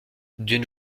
d’une